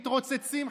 מתרוצצים,